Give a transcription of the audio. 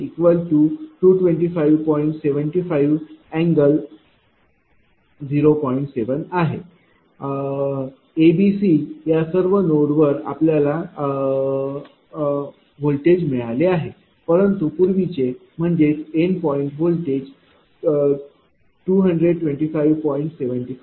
7 आहे A B C या सर्व नोड वर आपल्याला व्होल्टेज मिळेल परंतु पूर्वीचे म्हणजेच एंड पॉइंट व्होल्टेज 225